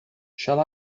shall